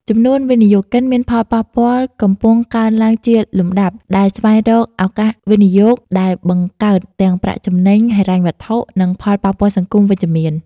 ចំនួនវិនិយោគិនមានផលប៉ះពាល់កំពុងកើនឡើងជាលំដាប់ ដែលស្វែងរកឱកាសវិនិយោគដែលបង្កើតទាំងប្រាក់ចំណេញហិរញ្ញវត្ថុ និងផលប៉ះពាល់សង្គមវិជ្ជមាន ។